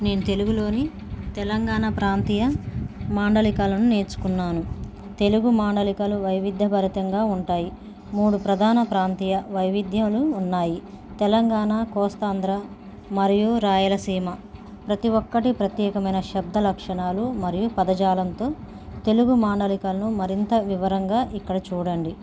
నేను తెలుగులోని తెలంగాణ ప్రాంతీయ మాండలికాలను నేర్చుకున్నాను తెలుగు మాండలికలు వైవిధ్యభరితంగా ఉంటాయి మూడు ప్రధాన ప్రాంతీయ వైవిధ్యాలు ఉన్నాయి తెలంగాణ కోస్తాంధ్ర మరియు రాయలసీమ ప్రతి ఒక్కటి ప్రత్యేకమైన శబ్ద లక్షణాలు మరియు పదజాలంతో తెలుగు మాండలికను మరింత వివరంగా ఇక్కడ చూడండి